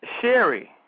Sherry